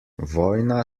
vojna